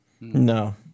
No